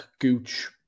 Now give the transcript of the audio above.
Gooch